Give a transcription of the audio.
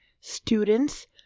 students